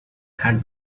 had